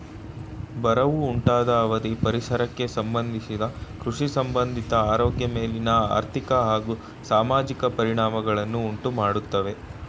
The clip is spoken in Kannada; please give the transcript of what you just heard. ಬರವು ಉಂಟಾದ ಅವಧಿ ಪರಿಸರಕ್ಕೆ ಸಂಬಂಧಿಸಿದ ಕೃಷಿಸಂಬಂಧಿತ ಆರೋಗ್ಯ ಮೇಲಿನ ಆರ್ಥಿಕ ಹಾಗೂ ಸಾಮಾಜಿಕ ಪರಿಣಾಮಗಳನ್ನು ಉಂಟುಮಾಡ್ತವೆ